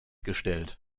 gestellt